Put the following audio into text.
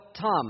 Tom